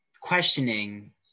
questioning